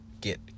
get